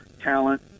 talent